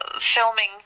filming